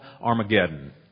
Armageddon